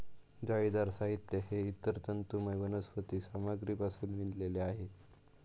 जाळीदार साहित्य हे इतर तंतुमय वनस्पती सामग्रीपासून विणलेले आहे